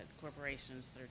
corporations